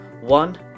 One